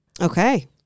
Okay